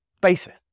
basis